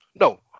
No